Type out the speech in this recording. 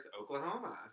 Oklahoma